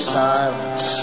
silence